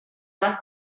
van